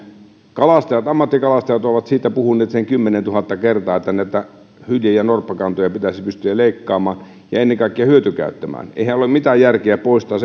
ammattikalastajat ovat siitä puhuneet sen kymmenentuhatta kertaa että näitä hylje ja norppakantoja pitäisi pystyä leikkaamaan ja ennen kaikkea hyötykäyttämään eihän ole mitään järkeä poistaa